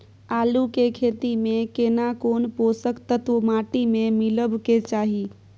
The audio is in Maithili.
आलू के खेती में केना कोन पोषक तत्व माटी में मिलब के चाही?